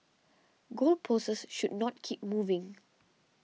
goal posts should not keep moving